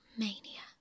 mania